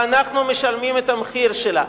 ואנחנו משלמים את המחיר שלה.